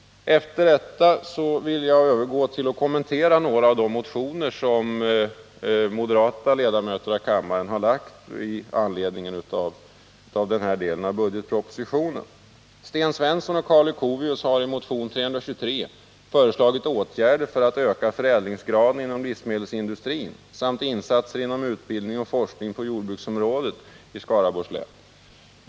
Efter detta övergår jag till att kommentera några av de motioner som moderata ledamöter av riksdagen har lagt fram med anledning av denna del av budgetpropositionen. Sten Svensson och Karl Leuchovius har i motion 323 föreslagit åtgärder för att öka förädlingsgraden inom livsmedelsindustrin samt insatser inom utbildning och forskning på jordbruksområdet i Skaraborgs län.